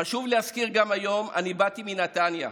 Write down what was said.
חשוב להזכיר גם היום, אני באתי מנתניה.